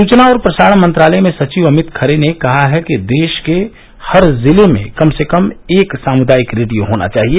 सचना और प्रसारण मंत्रालय में सचिव अमित खरे ने कहा है कि देश के हर जिले में कम से कम एक सामृदायिक रेडियो होना चाहिए